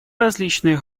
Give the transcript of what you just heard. различные